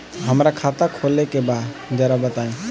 हमरा खाता खोले के बा जरा बताई